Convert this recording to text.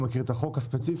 הוא מכיר את החוק הספציפי.